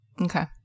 Okay